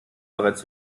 bereits